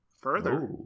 Further